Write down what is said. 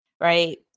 right